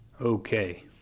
Okay